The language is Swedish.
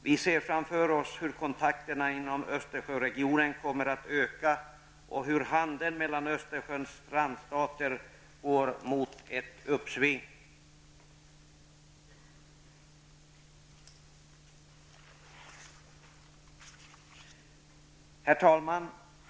Vi ser framför oss hur kontakterna inom Östersjöregionen kommer att öka och hur handeln mellan Östersjöns strandstater går mot ett uppsving. Herr talman!